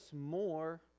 more